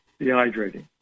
dehydrating